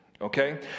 okay